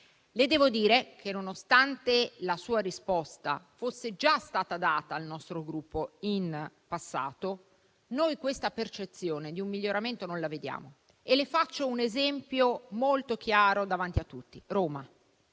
Le devo dire che, nonostante la sua risposta fosse già stata data al nostro Gruppo in passato, noi questa percezione di un miglioramento non la vediamo e le faccio un esempio molto chiaro davanti a tutti: Roma